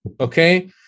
Okay